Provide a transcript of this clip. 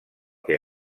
que